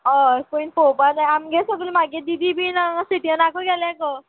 हय पयन पळोवपाक जाय आमगे सगले म्हागे दीदी बी हांगां सिटयनाकू गेलो गो